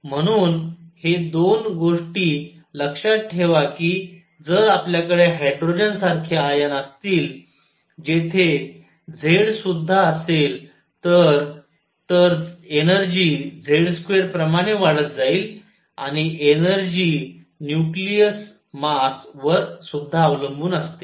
म्हणून हे दोन गोष्टी लक्षात ठेवा की जर आपल्याकडे हायड्रोजन सारखे आयन असतील जेथे Z जास्त असेल तर तर एनर्जी Z2 प्रमाणे वाढत जाईल आणि एनर्जी न्यूक्लिअस मास वर सुद्धा अवलंबून असते